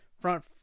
front